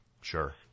Sure